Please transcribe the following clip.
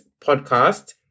podcast